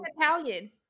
italian